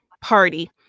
Party